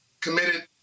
committed